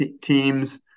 teams –